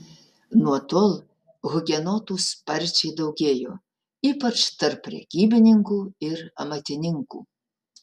nuo tol hugenotų sparčiai daugėjo ypač tarp prekybininkų ir amatininkų